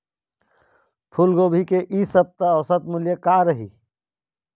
फूलगोभी के इ सप्ता औसत मूल्य का रही?